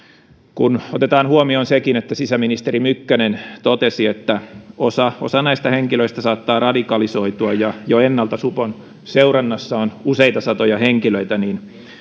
kun otetaan huomioon sekin että sisäministeri mykkänen totesi että osa osa näistä henkilöistä saattaa radikalisoitua ja jo ennalta supon seurannassa on useita satoja henkilöitä niin